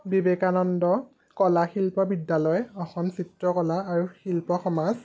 বিবেকানন্দ কলা শিল্প বিদ্যালয় অসম চিত্ৰকলা আৰু শিল্প সমাজ